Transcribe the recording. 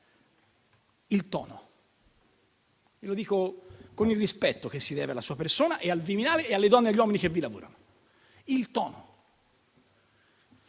il tono: glielo dico con il rispetto che si deve alla sua persona, al Viminale e alle donne agli uomini che vi lavorano.